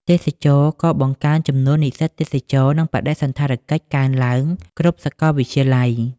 ទេសចរណ៍ក៏បង្កើនចំនួននិស្សិតទេសចរណ៍ និងបដិសណ្ឋារកិច្ចកើនឡើងគ្រប់សកលវិទ្យាល័យ។